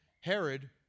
Herod